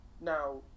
now